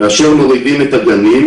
כאשר מורידים את הגנים,